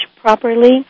properly